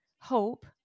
hope